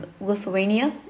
Lithuania